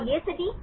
और यह स्थिति